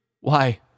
Why